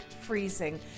Freezing